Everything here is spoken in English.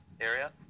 area